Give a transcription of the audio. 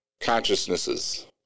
consciousnesses